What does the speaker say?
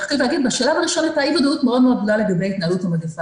בשלב הראשון הייתה אי-ודאות מאוד מאוד גדולה לגבי התנהלות המגיפה.